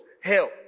help